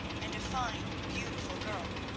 and a fine, beautiful girl.